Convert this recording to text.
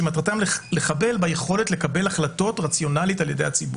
שמטרתם לחבל ביכולת לקבל החלטות רציונאלית על-ידי הציבור.